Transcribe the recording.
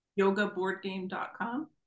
yogaboardgame.com